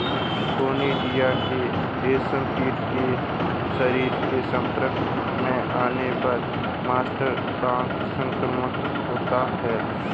conidia के रेशमकीट के शरीर के संपर्क में आने पर मस्करडाइन संक्रमण होता है